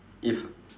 if